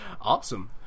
Awesome